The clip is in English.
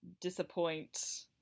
disappoint